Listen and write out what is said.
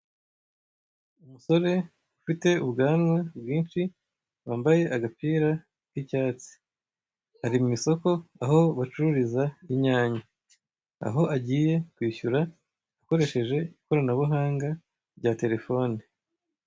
Umusore ufite ubwanwa bwinshi, wambaye agapira k'icyatsi, ari mu isoko aho bacururiza inyanya, aho agiye kwishyura akoresheje ikoranabuhanga rya telefoni.